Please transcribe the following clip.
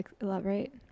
elaborate